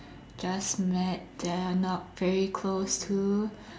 just met that are not very close to